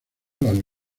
las